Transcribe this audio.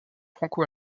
franco